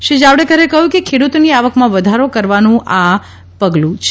શ્રી જાવડેકરે કહ્યું કે ખેડૂતોની આવકમાં વધારો કરવાનું આ પગલું છે